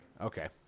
Okay